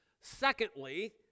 Secondly